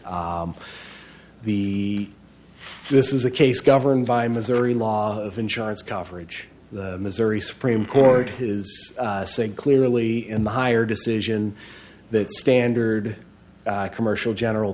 the this is a case governed by missouri law of insurance coverage the missouri supreme court his saying clearly in the higher decision that standard commercial general